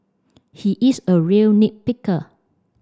he is a real nit picker